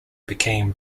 became